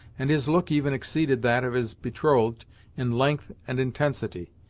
and his look even exceeded that of his betrothed in length and intensity.